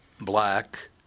black